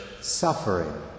Suffering